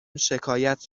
شکایت